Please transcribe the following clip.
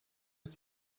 ist